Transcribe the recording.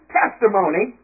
testimony